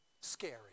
scary